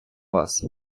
вас